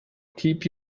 keep